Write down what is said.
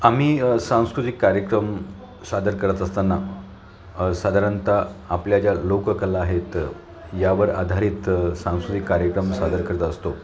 आम्ही सांस्कृतिक कार्यक्रम सादर करत असताना साधारणतः आपल्या ज्या लोककला आहेत यावर आधारित सांस्कृतिक कार्यक्रम सादर करत असतो